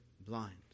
blind